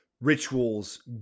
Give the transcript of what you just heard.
rituals